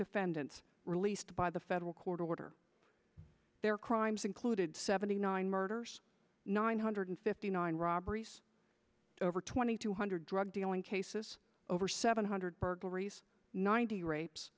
defendants released by the federal court order their crimes included seventy nine murders nine hundred fifty nine robberies twenty two hundred drug dealing cases over seven hundred burglaries ninety rapes